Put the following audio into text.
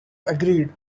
agreed